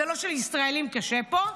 זה לא שלישראלים קשה פה.